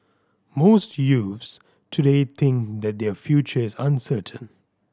most youths today think that their future is uncertain